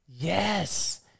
Yes